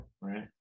right